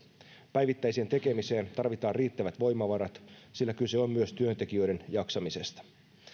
päivittäiseen tekemiseen tarvitaan riittävät voimavarat sillä kyse on myös työntekijöiden jaksamisesta